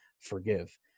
forgive